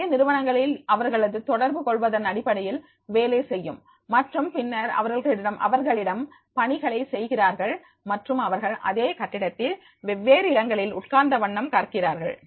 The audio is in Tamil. Es பெரிய நிறுவனங்களில் அவர்களது தொடர்பு கொள்வதன் அடிப்படையில் வேலை செய்யும் மற்றும் பின்னர் அவர்கள் பணிகளைச் செய்கிறார்கள் மற்றும் அவர்கள் அதே கட்டிடத்தில் வெவ்வேறு இடங்களில் உட்கார்ந்த வண்ணம் கற்கிறார்கள்